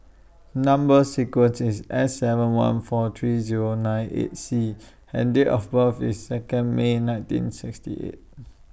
Number sequence IS S seven one four three Zero nine eight C and Date of birth IS Second May nineteen sixty eight